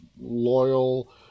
loyal